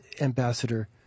ambassador